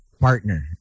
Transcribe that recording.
partner